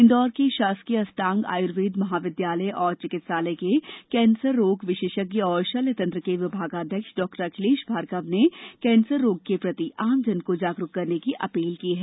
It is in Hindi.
इंदौर के शासकीय अष्टांग आयुर्वेद महाविद्यालय एवं चिकित्सालय के कैंसर रोग विषेषज्ञ और षल्य तंत्र के विभागाध्यक्ष डॉ अखिलेश भार्गव ने कैंसर रोग के प्रति आमजन को जागरूक रहने की अपील की है